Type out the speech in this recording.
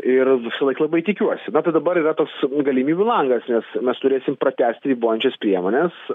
ir visąlaik labai tikiuosi na tai dabar yra toks galimybių langas nes mes turėsim pratęst ribojančias priemones